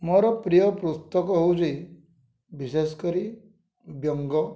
ମୋର ପ୍ରିୟ ପୁସ୍ତକ ହେଉଛି ବିଶେଷ କରି ବ୍ୟଙ୍ଗ